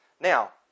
Now